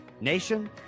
Nation